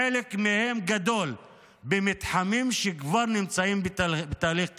חלק גדול מהם במתחמים שכבר נמצאים בתהליך תכנון.